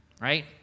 right